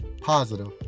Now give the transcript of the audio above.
positive